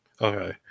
Okay